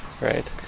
Right